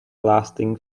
lasting